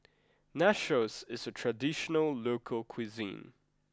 Nachos is a traditional local cuisine